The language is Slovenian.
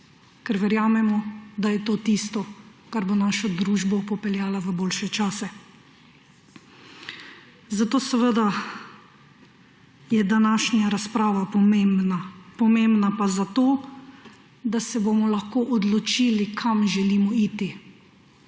ker verjamemo, da je to tisto, kar bo našo družbo popeljalo v boljše čase. Zato je seveda današnja razprava pomembna. Pomembna je zato, da se bomo lahko odločili, kam želimo iti.